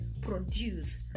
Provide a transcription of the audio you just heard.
produce